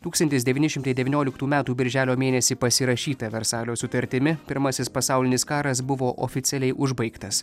tūkstantis devyni šimtai devynioliktų metų birželio mėnesį pasirašyta versalio sutartimi pirmasis pasaulinis karas buvo oficialiai užbaigtas